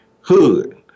hood